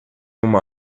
uma